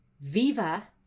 viva